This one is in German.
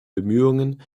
bemühungen